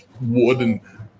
wooden